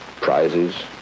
prizes